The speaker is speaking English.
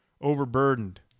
overburdened